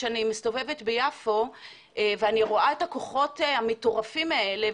כשאני מסתובבת ביפו ואני רואה את הכוחות המטורפים האלה,